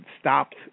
stopped